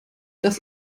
dass